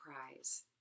prize